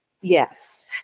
Yes